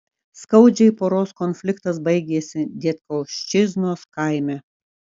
skaudžiai poros konfliktas baigėsi dietkauščiznos kaime